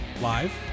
live